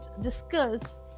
discuss